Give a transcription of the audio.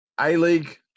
A-League